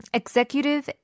executive